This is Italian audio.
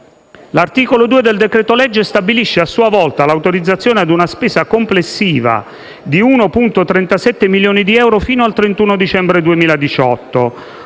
L'articolo 2 del decreto-legge in esame stabilisce, a sua volta, l'autorizzazione a una spesa complessiva di 1,37 milioni di euro, fino al 31 dicembre 2018,